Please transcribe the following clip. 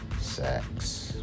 sex